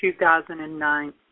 2009